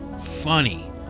funny